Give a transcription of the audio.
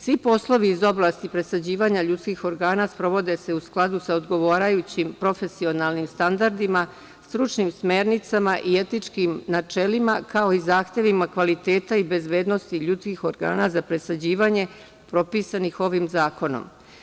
Svi poslovi iz oblasti presađivanja ljudskih organa sprovode se u skladu sa odgovarajućim profesionalnim standardima, stručnim smernicama i etičkim načelima, kao i zahtevima kvaliteta i bezbednosti ljudskih organa za presađivanje propisanih ovim zakonom.